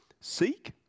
seek